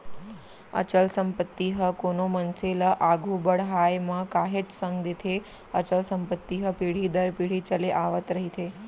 अचल संपत्ति ह कोनो मनसे ल आघू बड़हाय म काहेच संग देथे अचल संपत्ति ह पीढ़ी दर पीढ़ी चले आवत रहिथे